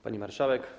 Pani Marszałek!